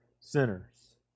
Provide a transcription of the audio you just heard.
sinners